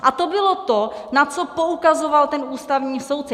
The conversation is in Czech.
A to bylo to, na co poukazoval ten ústavní soudce.